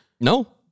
No